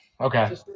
okay